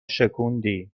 شکوندی